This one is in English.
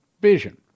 Vision